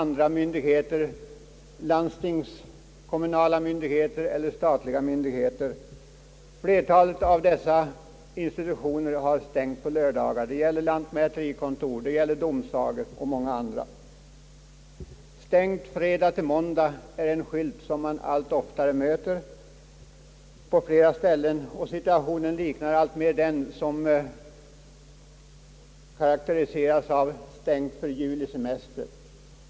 Statliga, landstingseller andra kommunala myndigheter — lantmäterikontor, domsagor och många andra expeditioner — är stängda. »Stängt fredag till måndag» är en skylt som man möter på allt flera ställen. Situationen liknar den som döljer sig bakom skylten »Stängt för julisemester».